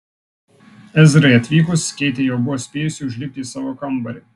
ezrai atvykus keitė jau buvo spėjusi užlipti į savo kambarį